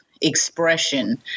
expression